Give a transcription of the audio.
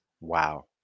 Wow